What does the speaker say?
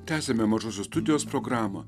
tęsiame mažosios studijos programą